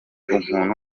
umuntu